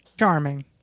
Charming